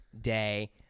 day